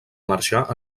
marxar